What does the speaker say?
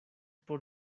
por